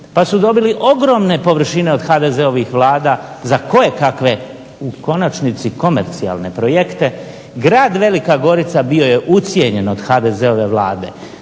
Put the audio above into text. pa su dobili ogromne površine od HDZ-ovih vlada za kojekakve u konačnici komercijalne projekte, grad Velika Gorica bio je ucijenjen od HDZ-ove vlade,